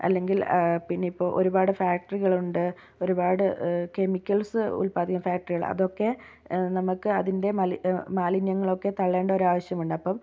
അല്ലെങ്കിൽ പിന്നെ ഇപ്പോൾ ഒരുപാട് ഫാക്ടറികളുണ്ട് ഒരുപാട് കെമിക്കൽസ് ഉത്പാദിപ്പിക്കുന്ന ഫാക്ടറികൾ അതൊക്കെ നമുക്ക് അതിൻ്റെ മലി മാലിന്യങ്ങളൊക്കെ തള്ളേണ്ട ഒരാവശ്യം ഉണ്ട് അപ്പം